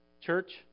Church